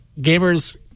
gamers